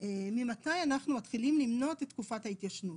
ממתי אנחנו מתחילים למנות את תקופת ההתיישנות.